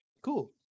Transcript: Cool